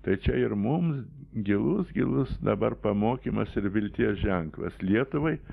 tai čia ir mum gilus gilus dabar pamokymas ir vilties ženklas lietuvai